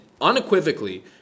unequivocally